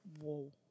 whoa